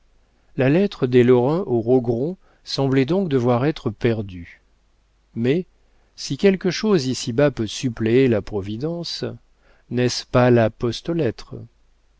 la lettre des lorrain aux rogron semblait donc devoir être perdue mais si quelque chose ici-bas peut suppléer la providence n'est-ce pas la poste